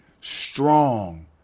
strong